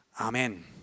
Amen